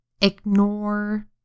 ignore